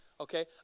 Okay